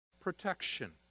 protection